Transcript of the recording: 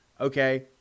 Okay